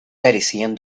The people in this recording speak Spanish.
carecían